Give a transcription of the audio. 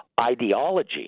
ideology